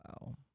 Wow